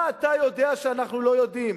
מה אתה יודע שאנחנו לא יודעים?